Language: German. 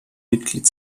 mitglied